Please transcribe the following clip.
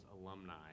alumni